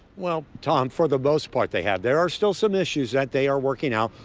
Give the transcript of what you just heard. well tom for the most part they had there are still some issues that they are working now.